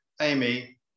amy